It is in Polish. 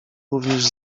również